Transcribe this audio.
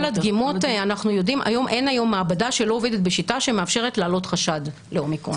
אין היום מעבדה שלא עובדת בשיטה שמאפשרת להעלות חשד לאומיקרון.